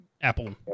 Apple